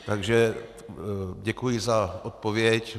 Takže děkuji za odpověď.